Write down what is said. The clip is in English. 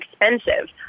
expensive